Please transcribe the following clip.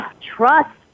trust